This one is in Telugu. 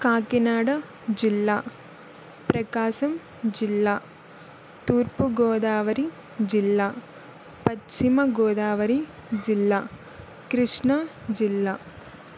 కాకినాడ జిల్లా ప్రకాశం జిల్లా తూర్పుగోదావరి జిల్లా పశ్చిమగోదావరి జిల్లా కృష్ణా జిల్లా